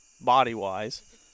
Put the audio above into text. body-wise